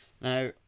Now